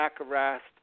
arrest